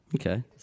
Okay